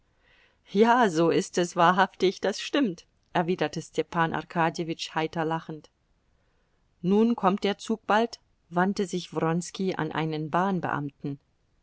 ja so ist es wahrhaftig das stimmt erwiderte stepan arkadjewitsch heiter lachend nun kommt der zug bald wandte sich wronski an einen